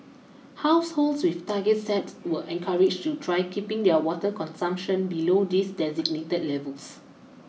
households with targets set were encouraged to try keeping their water consumption below these designated levels